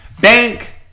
Bank